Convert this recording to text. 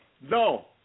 no